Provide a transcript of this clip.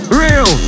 real